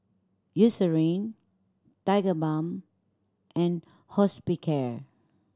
Eucerin Tigerbalm and Hospicare